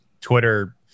Twitter